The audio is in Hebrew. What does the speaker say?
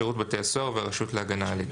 שירות בתי הסוהר והרשות להגנה על עדים,